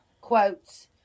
Quotes